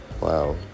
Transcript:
Wow